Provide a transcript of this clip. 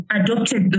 adopted